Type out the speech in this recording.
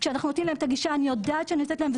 כשאנחנו נותנים להם את הגישה אני יודעת אני נותנת להם,